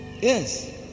Yes